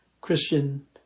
Christian